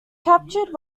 captured